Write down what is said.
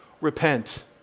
Repent